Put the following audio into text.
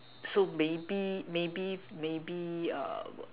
so maybe maybe maybe I will